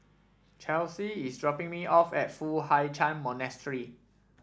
Chelsi is dropping me off at Foo Hai Ch'an Monastery